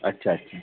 अच्छा अच्छा